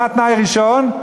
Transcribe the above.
מה התנאי הראשון?